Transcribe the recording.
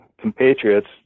compatriots